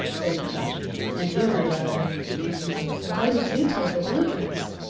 said the king and you, my daughter, he continued, why did you take a blue dress?